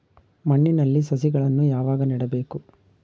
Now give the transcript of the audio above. ಮಣ್ಣಿನಲ್ಲಿ ಸಸಿಗಳನ್ನು ಯಾವಾಗ ನೆಡಬೇಕು?